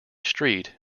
street